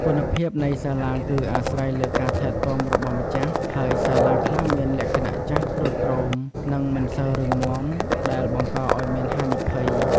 គុណភាពនៃសាឡាងគឺអាស្រ័យលើការថែទាំរបស់ម្ចាស់ ហើយសាឡាងខ្លះមានលក្ខណៈចាស់ទ្រុឌទ្រោម និងមិនសូវរឹងមាំ ដែលបង្កឱ្យមានហានិភ័យ។